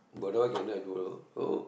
but that one I can do i do uh